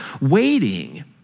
waiting